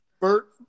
Bert